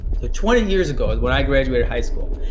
so twenty years ago is when i graduated high school.